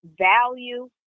value